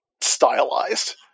stylized